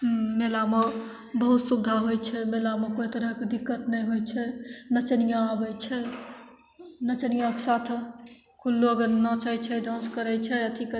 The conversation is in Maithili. मेलामे बहुत सुविधा होइ छै मेलामे कोइ तरहके दिक्क्त नहि होइ छै नचनिआँ आबै छै नचनिआँके साथ खुल्लो बेर नाचै छै डान्स करै छै अथी करै